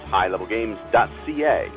HighLevelGames.ca